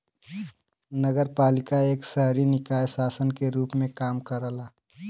नगरपालिका एक शहरी निकाय शासन के रूप में काम करला